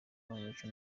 mico